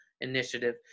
Initiative